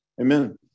amen